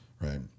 right